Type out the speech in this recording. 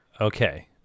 okay